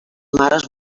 mares